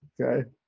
Okay